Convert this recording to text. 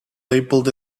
labeled